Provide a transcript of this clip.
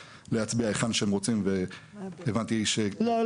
להצביע היכן שהם רוצים והבנתי ש לא,